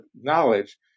knowledge